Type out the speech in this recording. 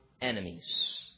enemies